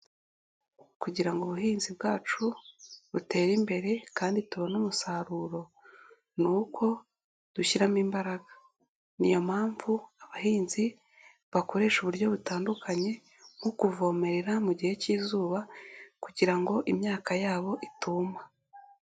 Kugira ngo ubuhinzi bwacu butere imbere kandi tubone umusaruro, ni uko dushyiramo imbaraga. Ni iyo mpamvu, abahinzi bakoresha uburyo butandukanye nko kuvomerera mu gihe cy'izuba kugira ngo imyaka yabo ituma.